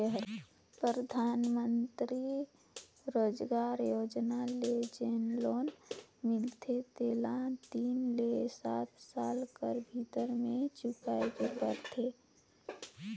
परधानमंतरी रोजगार योजना ले जेन लोन मिलथे तेला तीन ले सात साल कर भीतर में चुकाए ले परथे